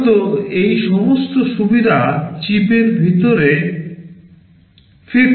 সাধারণত এই সমস্ত সুবিধা চিপের ভিতরে feed করা হয়